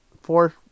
Four